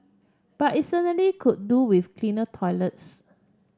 but it certainly could do with cleaner toilets